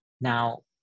Now